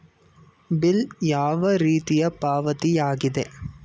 Bill ಯಾವ ರೀತಿಯ ಪಾವತಿಯಾಗಿದೆ?